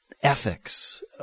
ethics